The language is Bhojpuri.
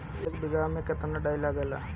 एक बिगहा में केतना डाई लागेला?